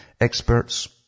Experts